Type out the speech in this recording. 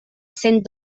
cent